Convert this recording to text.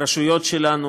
חברת הכנסת זנדברג,